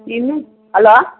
என்ன ஹலோ